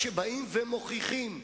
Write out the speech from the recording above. כשבאים ומוכיחים,